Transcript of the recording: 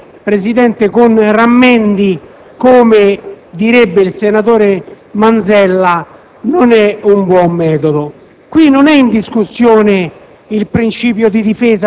Operare con rammendi, come direbbe il senatore Manzella, non è un buon metodo. Qui non è in discussione